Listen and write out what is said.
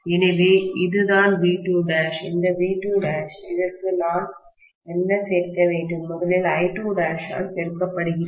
எனவே இதுதான் V2' இந்த V2' அதற்கு நான் என்ன சேர்க்க வேண்டும் முதலில் I2' ஆல் பெருக்கப்படுகிறது